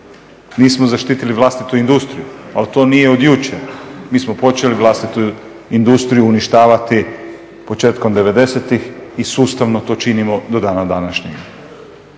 nismo zaštitili vlastitu industriju ali to nije od jučer, mi smo počeli vlastitu industriju uništavati početkom '90.-tih i sustavno to činimo do danas današnjega.